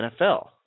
nfl